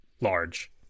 large